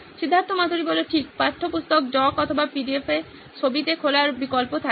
সিদ্ধার্থ মাতুরি ঠিক পাঠ্যপুস্তক ডক্ এ অথবা পিডিএফ এ ছবিতে খোলার বিকল্প থাকবে